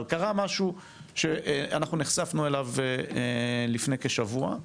אבל קרה משהו שאנחנו נחשפנו אליו לפני כשבוע,